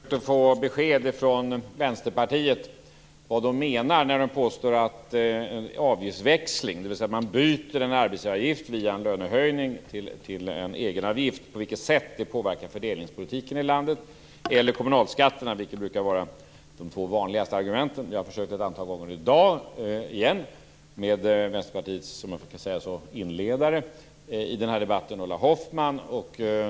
Fru talman! Jag har i flera år försökt få besked från Vänsterpartiet om hur man menar att en avgiftsväxling, dvs. att byta en arbetsgivaravgift via en lönehöjning till en egenavgift, påverkar fördelningspolitiken i landet och kommunalskatterna, vilket brukar vara de två vanligaste argumenten. Jag har försökt ett antal gånger i dag med Vänsterpartiets inledare i den här debatten, Ulla Hoffmann.